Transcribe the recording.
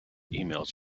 emails